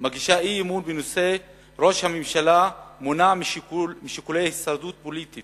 מגישה אי-אמון בנושא: ראש הממשלה מונע משיקולי שרידות פוליטית